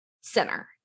center